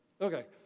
Okay